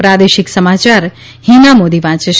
પ્રાદેશિક સમાચાર હીના મોદી વાંચે છે